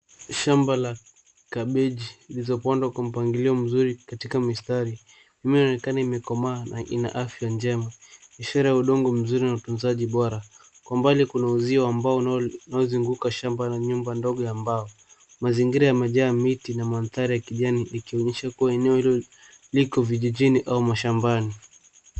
Shamba la kabeji, zilizopandwa kwa mpangilio mzuri katika mistari. Mimea inaonekana imekomaa na ina afya njema, ishara ya udongo mzuri na utunzaji bora. Kwa mbali kuna uzio ambao unaozunguka shamba na nyumba ndogo ya mbao. Mazingira yamejaa miti na mandhari ya kijani ikionyesha kuwa eneo hilo liko vijijini au mashambani.